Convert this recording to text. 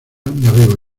navego